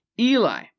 Eli